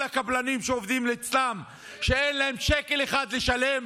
הקבלנים שעובדים אצלן שאין להן שקל אחד לשלם?